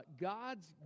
God's